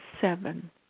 seven